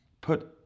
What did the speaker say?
put